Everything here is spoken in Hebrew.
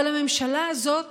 אבל הממשלה הזאת